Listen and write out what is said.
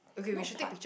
not party